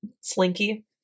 slinky